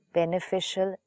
beneficial